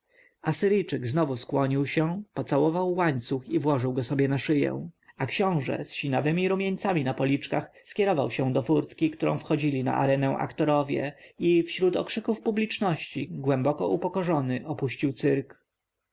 asyryjczyk znowu skłonił się pocałował łańcuch i włożył go sobie na szyję a książę z sinawemi rumieńcami na policzkach skierował się do furtki którą wchodzili na arenę aktorowie i wśród okrzyków publiczności głęboko upokorzony opuścił cyrk